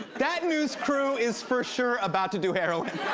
that news crew is for sure about to do heroin.